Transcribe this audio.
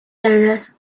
generous